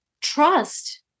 trust